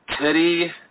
Teddy